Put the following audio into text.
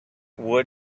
wood